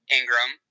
Ingram